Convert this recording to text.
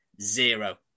Zero